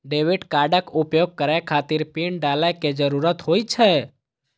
debit कार्डक उपयोग करै खातिर पिन डालै के जरूरत होइ छै